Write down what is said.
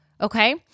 okay